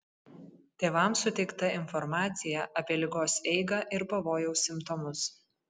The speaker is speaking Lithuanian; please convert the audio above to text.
tėvams suteikta informacija apie ligos eigą ir pavojaus simptomus